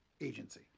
agency